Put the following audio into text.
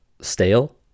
stale